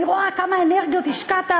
אני רואה כמה אנרגיות השקעת,